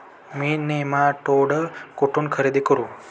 मी nematode कुठून खरेदी करू?